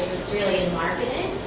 it's really in marketing.